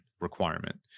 requirement